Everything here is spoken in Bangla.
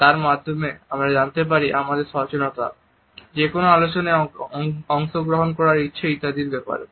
তার মাধ্যমে আমরা জানাতে পারি আমাদের সচেতনতা যে কোনো আলোচনায় অংশগ্রহণ করার ইচ্ছে ইত্যাদির ব্যাপারে